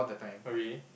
oh really